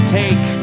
take